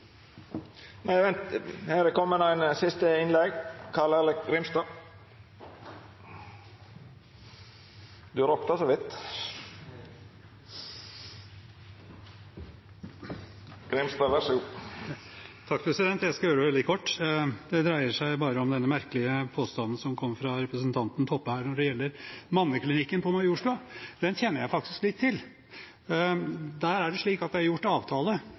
Jeg skal gjøre det veldig kort. Det dreier seg bare om denne merkelige påstanden som kom fra representanten Toppe når det gjelder klinikken Colosseum Mann på Majorstuen. Den kjenner jeg faktisk litt til. Der er det slik at det er gjort avtale